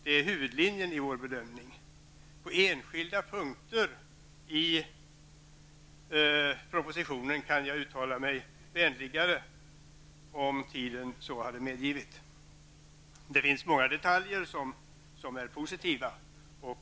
Det är huvudlinjen i vår bedömning. På enskilda punkter skulle jag kunna uttala mig vänligare om tiden medgivit. Det finns många detaljer som är positiva.